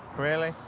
really?